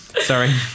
Sorry